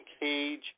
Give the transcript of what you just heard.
cage